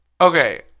Okay